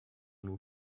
nur